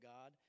God